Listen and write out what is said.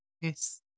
Yes